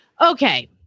Okay